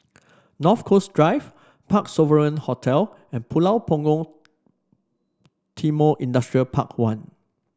North Coast Drive Parc Sovereign Hotel and Pulau Punggol Timor Industrial Park One